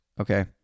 okay